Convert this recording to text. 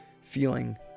feeling